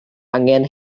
angen